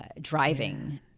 driving